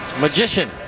Magician